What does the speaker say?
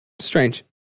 strange